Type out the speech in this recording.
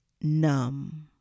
numb